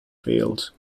fields